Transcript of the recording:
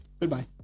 Goodbye